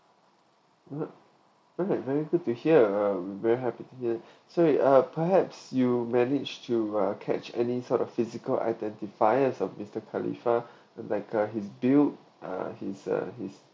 uh very good to hear uh we're very happy to hear so uh perhaps you manage to uh catch any sort of physical identifier as mister khalifah like uh his build uh his uh his